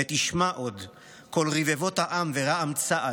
ותשמע עוד / קול רבבות העם ורעם צעד,